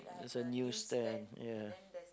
it's a new stand ya